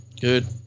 Good